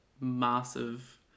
massive